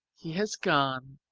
he has gone,